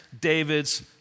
David's